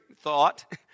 thought